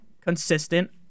consistent